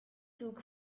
took